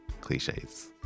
Cliches